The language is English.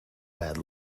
bad